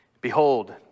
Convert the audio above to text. Behold